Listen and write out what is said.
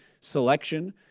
selection